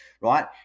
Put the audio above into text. right